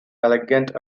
elegant